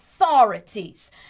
Authorities